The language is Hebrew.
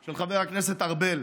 של חבר הכנסת ארבל.